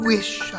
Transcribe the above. wish